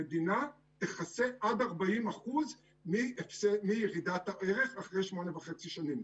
המדינה תפצה עד 40% מירידת הערך אחרי שמונה וחצי שנים.